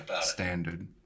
standard